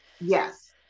Yes